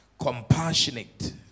compassionate